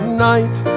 night